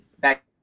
back